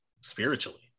spiritually